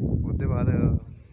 उं'दे बाद